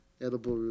edible